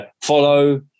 follow